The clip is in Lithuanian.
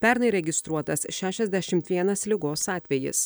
pernai registruotas šešiasdešimt vienas ligos atvejis